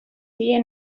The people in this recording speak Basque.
die